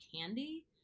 candy